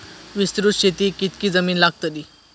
विस्तृत शेतीक कितकी जमीन लागतली?